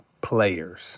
players